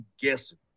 guessing